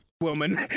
Woman